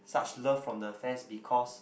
such love from the fans because